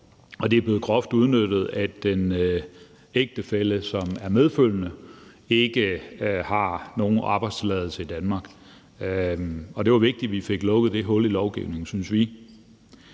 det er blevet groft udnyttet, at den ægtefælle, som er medfølgende, ikke har nogen arbejdstilladelse i Danmark. Det var vigtigt, at vi fik lukket det hul i lovgivningen, synes vi.